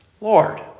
Lord